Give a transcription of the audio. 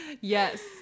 Yes